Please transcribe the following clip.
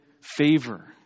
favor